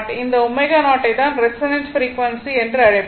இந்த ω0 ஐ தான் ரெசோனன்ட் ஃப்ரீக்வன்சி ω0 என்று அழைப்போம்